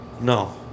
No